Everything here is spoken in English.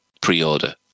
pre-order